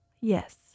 Yes